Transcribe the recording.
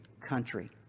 country